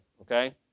okay